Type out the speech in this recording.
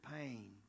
pain